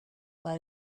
but